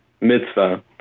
mitzvah